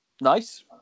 Nice